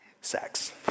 sex